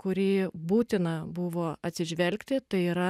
kurį būtina buvo atsižvelgti tai yra